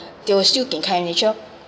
they still can kind nature